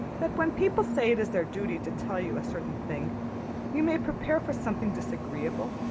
that when people say it is their duty to tell you a certain thing you may prepare for something disagreeable?